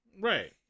Right